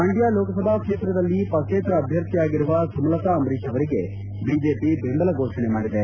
ಮಂಡ್ಡ ಲೋಕಸಭಾ ಕ್ಷೇತ್ರದಲ್ಲಿ ಪಕ್ಷೇತರ ಅಭ್ಯರ್ಥಿಯಾಗಿರುವ ಸುಮಲತಾ ಅಂಬರೀಶ್ ಅವರಿಗೆ ಬಿಜೆಪಿ ಬೆಂಬಲ ಫೋಷಣೆ ಮಾಡಿದೆ